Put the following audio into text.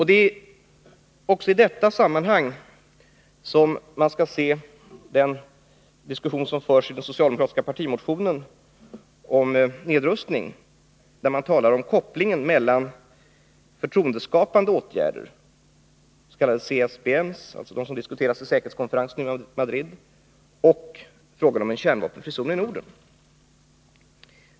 Det är också i detta sammanhang som man skall se den diskussion som förs i den socialdemokratiska partimotionen om nedrustning, där vi talar om kopplingen mellan förtroendeskapande åtgärder — de s.k. CSBM:s, som diskuterades vid säkerhetskonferensen i Madrid — och frågan om en kärnvapenfri zon i Norden.